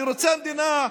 אני רוצה מדינה,